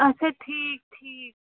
اچھا ٹھیٖک ٹھیٖک